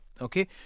okay